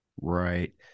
Right